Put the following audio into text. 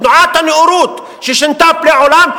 תנועת הנאורות ששינתה פני עולם,